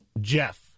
Jeff